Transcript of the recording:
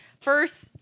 First